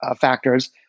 factors